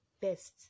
Best